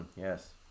yes